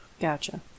Gotcha